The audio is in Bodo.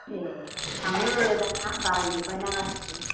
ए थाङो दाना बारायजोबबायना गासिबो